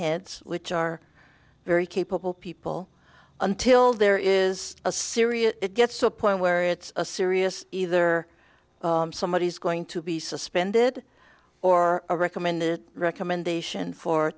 heads which are very capable people until there is a serious it gets to a point where it's a serious either somebody is going to be suspended or a recommended recommendation for